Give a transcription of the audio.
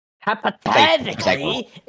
Hypothetically